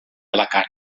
alacant